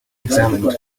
examined